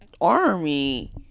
army